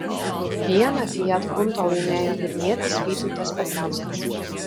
vieną fiat punto laimėjo vilnietis vytautas petrauskas